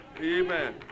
Amen